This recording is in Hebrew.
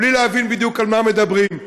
בלי להבין בדיוק על מה מדברים,